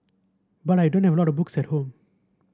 but I don't have a lot of books at home